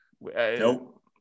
Nope